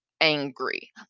angry